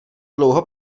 dlouho